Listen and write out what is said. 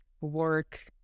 work